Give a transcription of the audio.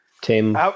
Tim